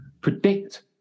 predict